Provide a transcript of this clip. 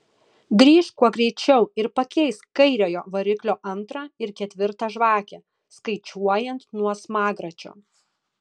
grįžk kuo greičiau ir pakeisk kairiojo variklio antrą ir ketvirtą žvakę skaičiuojant nuo smagračio